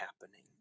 happening